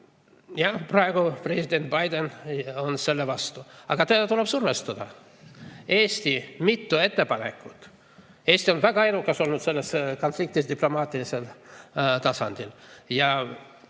Praegu president Biden on selle vastu. Aga teda tuleb survestada. Eesti on teinud mitu ettepanekut. Eesti on väga edukas olnud selles konfliktis diplomaatilisel tasandil.